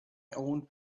owned